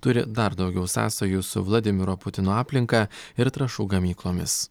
turi dar daugiau sąsajų su vladimiro putino aplinka ir trąšų gamyklomis